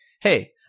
hey